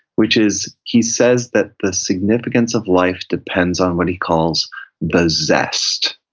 which is he says that the significance of life depends on what he calls the zest,